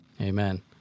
amen